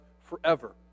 forever